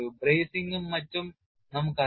ബ്രേസിംഗും മറ്റും നമുക്കറിയാം